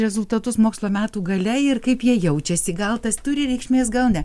rezultatus mokslo metų gale ir kaip jie jaučiasi gal tas turi reikšmės gal ne